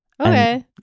okay